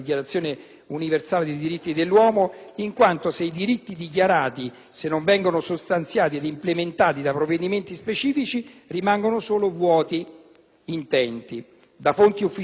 universale dei diritti dell'uomo, in quanto se i diritti dichiarati non vengono sostanziati ed implementati da provvedimenti specifici, rimangono solo vuoti intenti. Da fonti ufficiali,